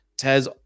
Taz